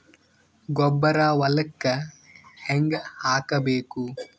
ಗೊಬ್ಬರ ಹೊಲಕ್ಕ ಹಂಗ್ ಹಾಕಬೇಕು?